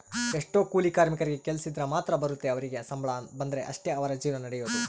ಎಷ್ಟೊ ಕೂಲಿ ಕಾರ್ಮಿಕರಿಗೆ ಕೆಲ್ಸಿದ್ರ ಮಾತ್ರ ಬರುತ್ತೆ ಅವರಿಗೆ ಸಂಬಳ ಬಂದ್ರೆ ಅಷ್ಟೇ ಅವರ ಜೀವನ ನಡಿಯೊದು